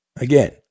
Again